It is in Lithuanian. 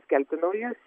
skelbti naujus